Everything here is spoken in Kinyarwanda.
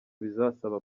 bizasaba